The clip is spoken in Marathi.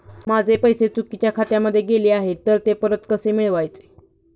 माझे पैसे चुकीच्या खात्यामध्ये गेले आहेत तर ते परत कसे मिळवायचे?